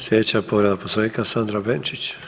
Sljedeća povreda Poslovnika Sandra Benčić.